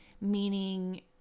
meaning